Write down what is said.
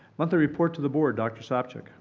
monthly report to the board. dr. sopcich.